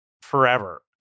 forever